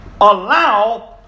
allow